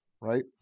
Right